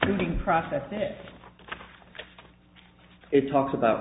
doing processing it talks about